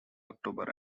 october